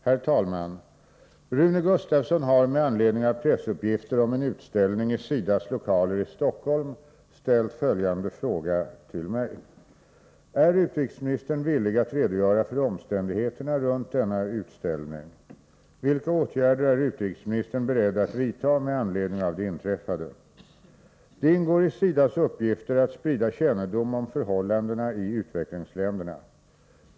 Herr talman! Rune Gustavsson har med anledning av pressuppgifter om en utställning i SIDA:s lokaler i Stockholm ställt följande frågor till mig; Är utrikesministern villig att redogöra för omständigheterna runt denna utställning? Det ingår i SIDA:s uppgifter att sprida kännedom om förhållandena i utvecklingsländerna.